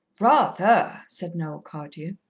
rather, said noel cardew.